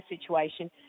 situation